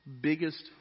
biggest